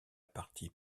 partie